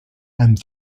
and